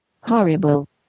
Horrible